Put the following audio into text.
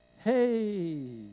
Hey